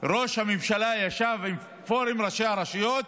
ראש הממשלה ישב פה עם ראשי הרשויות